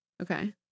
okay